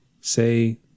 say